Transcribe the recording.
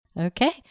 Okay